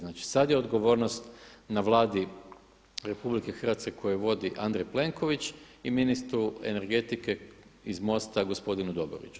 Znači sada je odgovornost na Vladi RH koju vodi Andrej Plenković i ministru energetike iz MOST-a gospodinu Dobroviću.